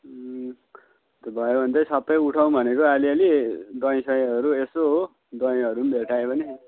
त्यो भयो भने चाहिँ सबै उठाउँ भनेको अलिअलि दही सहीहरू यसो हो दहीहरू नि भेटायो भने